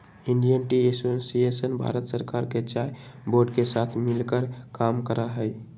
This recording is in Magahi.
इंडियन टी एसोसिएशन भारत सरकार के चाय बोर्ड के साथ मिलकर काम करा हई